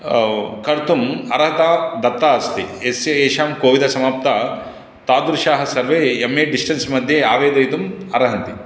कर्तुम् अर्हता दत्ता अस्ति यस्य येषां कोविदा समाप्ता तादृशाः सर्वे एम् ए डिस्टेन्स् मध्ये आवेदयितुं अर्हन्ति